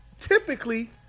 typically